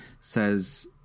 says